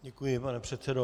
Děkuji, pane předsedo.